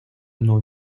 mną